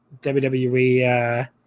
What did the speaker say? WWE